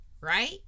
right